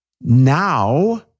now